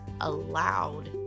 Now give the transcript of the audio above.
allowed